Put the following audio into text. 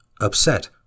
upset